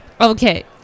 Okay